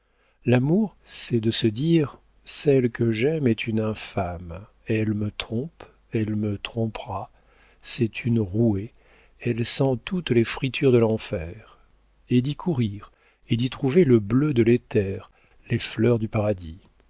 l'amour c'est de se dire celle que j'aime est une infâme elle me trompe elle me trompera c'est une rouée elle sent toutes les fritures de l'enfer et d'y courir et d'y trouver le bleu de l'éther les fleurs du paradis